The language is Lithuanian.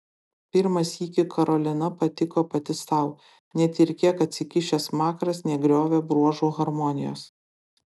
pirmą sykį karolina patiko pati sau net ir kiek atsikišęs smakras negriovė bruožų harmonijos